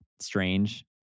strange